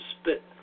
spit